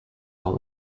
all